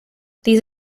these